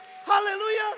Hallelujah